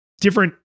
different